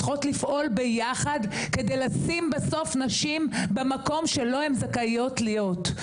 צריכות לפעול ביחד כדי לשים בסוף נשים במקום שלו הן זכאיות להיות,